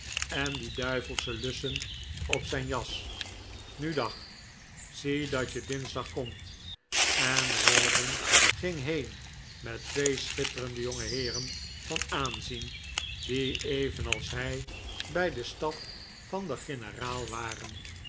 en die duivelsche lussen op zijn jas nu dag zie dat je dinsdag komt en rawdon ging heen met twee schitterende jonge heeren van aanzien die evenals hij bij den staf van den generaal waren